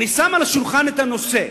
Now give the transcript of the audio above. אני שם על השולחן את הנושא.